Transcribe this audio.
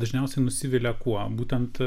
dažniausiai nusivilia kuo būtent